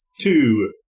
Two